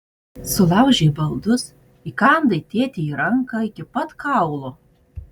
sulaužei baldus įkandai tėtei į ranką iki pat kaulo